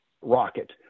rocket